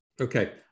Okay